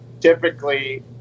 typically